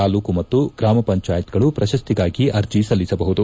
ತಾಲೂಕು ಮತ್ತು ಗ್ರಾಮ ಪಂಚಾಯತ್ ಗಳು ಪ್ರಶಸ್ತಿಗಾಗಿ ಅರ್ಜಿ ಸಲ್ಲಿಸಬಹುದು